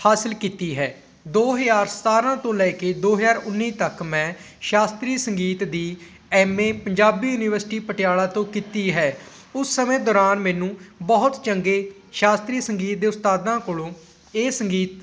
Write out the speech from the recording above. ਹਾਸਿਲ ਕੀਤੀ ਹੈ ਦੋ ਹਜ਼ਾਰ ਸਤਾਰ੍ਹਾਂ ਤੋਂ ਲੈ ਕੇ ਦੋ ਹਜ਼ਾਰ ਉੱਨੀ ਤੱਕ ਮੈਂ ਸ਼ਾਸਤਰੀ ਸੰਗੀਤ ਦੀ M A Punjabi university Patiala ਤੋਂ ਕੀਤੀ ਹੈ ਉਸ ਸਮੇਂ ਦੌਰਾਨ ਮੈਨੂੰ ਬਹੁਤ ਚੰਗੇ ਸ਼ਾਸਤਰੀ ਸੰਗੀਤ ਦੇ ਉਸਤਾਦਾਂ ਕੋਲੋਂ ਇਹ ਸੰਗੀਤ